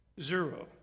Zero